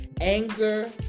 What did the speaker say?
Anger